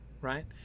right